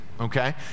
Okay